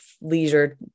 leisure